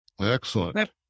Excellent